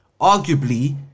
arguably